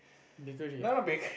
bakery ah